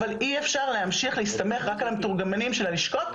אבל אי אפשר להמשיך להסתמך רק על המתורגמנים של הלשכות,